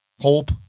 Hope